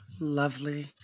Lovely